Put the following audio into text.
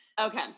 Okay